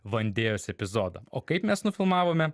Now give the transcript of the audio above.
vandėjos epizodą o kaip mes nufilmavome